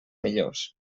millors